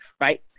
right